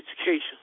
education